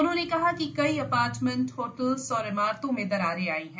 उन्होंने कहा कि कई अपार्टमेंट होटलों और इमारतों में दरारे आई हैं